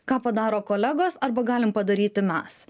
ką padaro kolegos arba galim padaryti mes